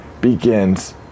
begins